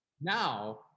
Now